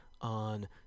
on